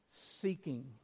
seeking